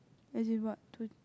as in what tu~